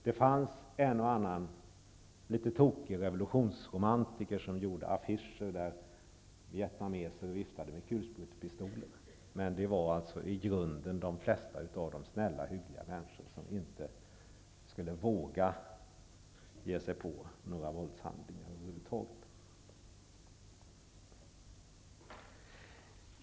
Det fanns en och annan litet tokig revolutionsromantiker som satte upp affischer, där vietnameser viftade med kulsprutepistoler, men de flesta av dem var i grunden snälla och hyggliga människor, som över huvud taget inte skulle våga utföra några våldshandlingar.